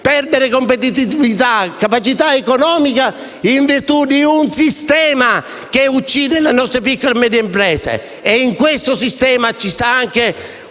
perdere di competitività e capacità economica a causa di un sistema che uccide le piccole e medie imprese. E in questo sistema rientra anche